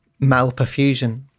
malperfusion